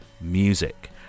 music